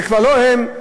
זה כבר לא הם.